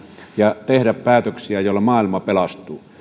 ja tehdä päätöksiä joilla maailma pelastuu